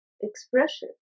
expression